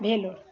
Vellore